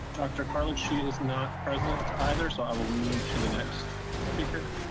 dr. cartlidge, she is not present either, so i will move to the next speaker.